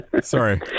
Sorry